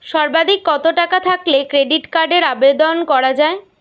সর্বাধিক কত টাকা থাকলে ক্রেডিট কার্ডের আবেদন করা য়ায়?